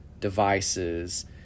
devices